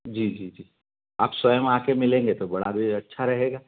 जी जी जी आप स्वयं आके मिलेंगे तो बड़ा भी अच्छा रहेगा